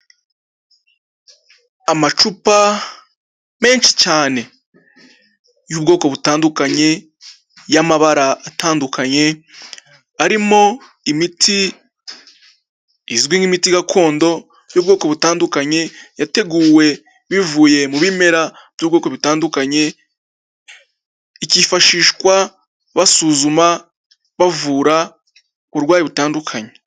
Amacupa menshi cyane y'ubwoko butandukanye y'amabara atandukanye arimo imiti izwi n'imiti gakondo y'ubwoko butandukanye, yateguwe bivuye mu bimera by'ubwoko bitandukanye, ikifashishwa basuzuma, bavura uburwayi butandukanye.